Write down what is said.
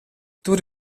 tur